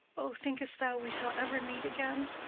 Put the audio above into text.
o, think'st thou we shall ever meet again?